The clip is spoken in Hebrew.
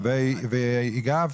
והגבת?